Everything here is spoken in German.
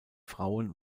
frauen